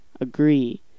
agree